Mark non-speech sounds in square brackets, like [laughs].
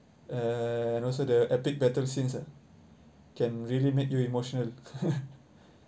uh and also the epic battle scene ah can really make you emotional [laughs]